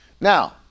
Now